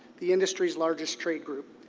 the industry's largest trade group,